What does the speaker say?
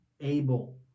able